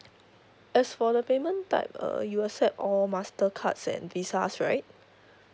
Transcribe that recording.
as for the payment type uh you accept all Mastercards and Visas right